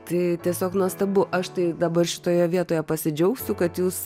tai tiesiog nuostabu aš tai dabar šitoje vietoje pasidžiaugsiu kad jūs